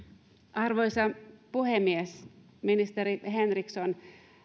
arvoisa puhemies ministeri henriksson